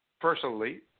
personally